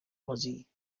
بازی